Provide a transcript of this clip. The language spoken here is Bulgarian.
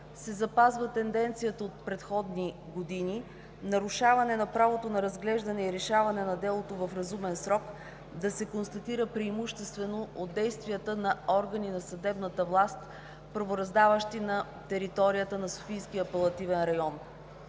се запазва тенденцията от предходни години – нарушаване на правото на разглеждане и решаване на делото в разумен срок да се констатира преимуществено от действията на органи на съдебната власт, правораздаващи на територията на Софийския апелативен район.